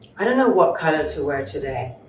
i don't know what color to wear today.